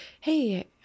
hey